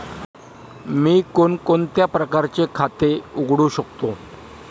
मी कोणकोणत्या प्रकारचे खाते उघडू शकतो?